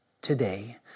today